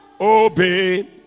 obey